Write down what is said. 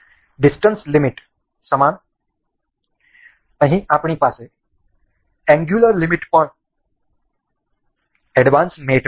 distance limit સમાન અહીં આપણી પાસે એંગ્યુલર લિમિટ પણ એડવાન્સ મેટમાં છે